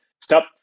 stop